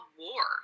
war